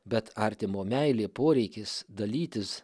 bet artimo meilė poreikis dalytis